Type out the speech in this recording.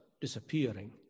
disappearing